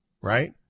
right